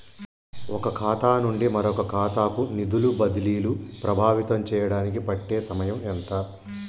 ఒక ఖాతా నుండి మరొక ఖాతా కు నిధులు బదిలీలు ప్రభావితం చేయటానికి పట్టే సమయం ఎంత?